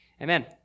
Amen